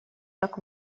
так